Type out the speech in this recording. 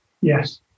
Yes